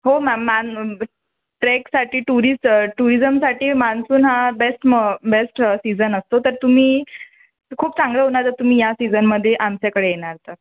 हो ma'am ma'am ट्रेकसाठी tourist टुरिझमसाठी मॉन्सून हा बेस्ट मॉ बेस्ट सीझन असतो तर तुम्ही खूप चांगलं होणार जर तुम्ही या सीझनमध्ये आमच्याकडे येणार तर